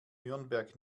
nürnberg